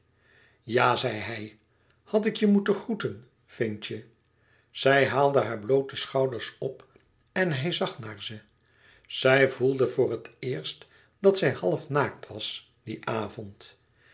ja zeide hij had ik je moeten groeten vindt je zij haalde haar bloote schonders op en hij zag naar ze zij voelde voor het eerst dat zij half naakt was dien avond